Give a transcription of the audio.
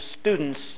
students